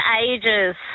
ages